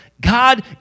God